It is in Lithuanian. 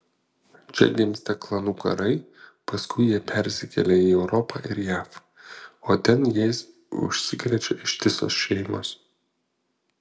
čia gimsta klanų karai paskui jie persikelia į europą ir jav o ten jais užsikrečia ištisos šeimos